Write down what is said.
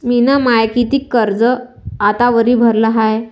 मिन माय कितीक कर्ज आतावरी भरलं हाय?